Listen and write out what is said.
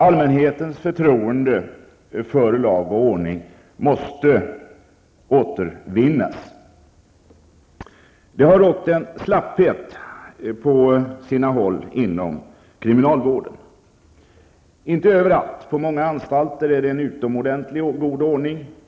Allmänhetens förtroende för lag och ordning måste återvinnas. Det har rått en slapphet på sina håll inom kriminalvården, men inte överallt. På många anstalter är det utomordentligt god ordning.